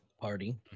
party